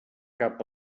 cap